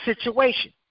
situation